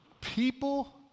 People